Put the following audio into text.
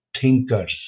thinkers